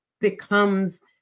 becomes